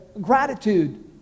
gratitude